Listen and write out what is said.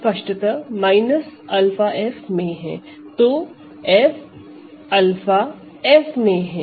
स्पष्टतः minus 𝛂 F मैं है तो F 𝛂F में है